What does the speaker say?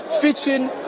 featuring